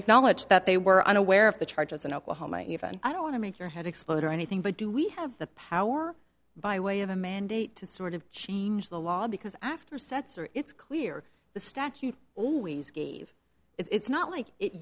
acknowledge that they were unaware of the charges and oklahoma even i don't want to make your head explode or anything but do we have the power by way of a mandate to sort of change the law because after setser it's clear the statute always gave it's not like it